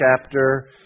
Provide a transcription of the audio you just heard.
chapter